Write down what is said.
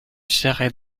serait